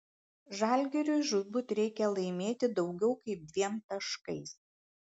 žalgiriui žūtbūt reikia laimėti daugiau kaip dviem taškais